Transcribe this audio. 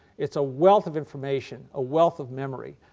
its a wealth of information, a wealth of memory,